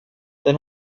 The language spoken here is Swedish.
den